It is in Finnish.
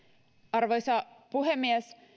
arvoisa puhemies